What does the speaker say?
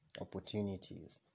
opportunities